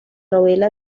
novela